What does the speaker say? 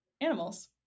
animals